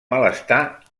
malestar